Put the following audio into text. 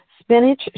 spinach